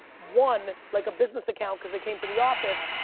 one, like a business account cause they came to the office,